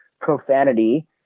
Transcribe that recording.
profanity